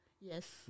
Yes